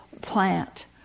plant